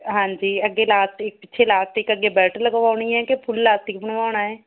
ਹਾਂਜੀ ਅੱਗੇ ਲਾਸਟਿਕ ਪਿੱਛੇ ਲਾਸਟਿਕ ਅੱਗੇ ਬੈਲਟ ਲਗਵਾਉਣੀ ਹੈ ਕਿ ਫੁੱਲ ਲਾਸਟਿਕ ਬਣਵਾਉਣਾ ਹੈ